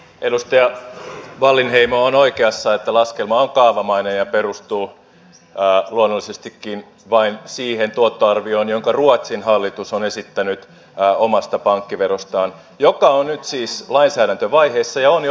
edustaja wallinheimo on oikeassa että laskelma on kaavamainen ja perustuu luonnollisestikin vain siihen tuottoarvioon jonka ruotsin hallitus on esittänyt omasta pankkiverostaan joka on nyt siis lainsäädäntövaiheessa ja on jo lausuntokierroksilla